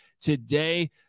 Today